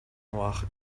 noire